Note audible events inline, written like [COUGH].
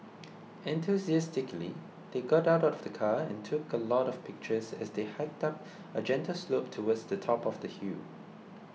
[NOISE] enthusiastically they got out of the car and took a lot of pictures as they hiked up [NOISE] a gentle slope towards the top of the hill